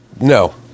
No